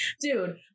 Dude